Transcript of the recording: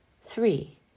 Three